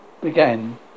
began